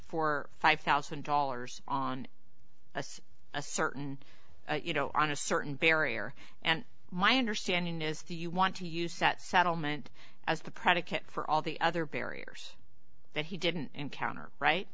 for five thousand dollars on a say a certain you know on a certain barrier and my understanding is that you want to use that settlement as the predicate for all the other barriers that he didn't encounter right